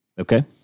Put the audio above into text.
Okay